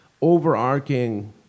overarching